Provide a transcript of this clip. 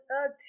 earth